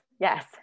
Yes